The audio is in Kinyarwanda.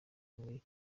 muri